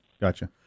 gotcha